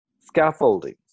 scaffolding